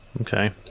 Okay